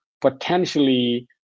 potentially